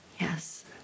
Yes